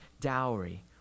dowry